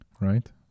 right